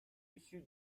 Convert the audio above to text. issu